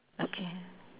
okay